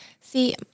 see